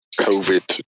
Covid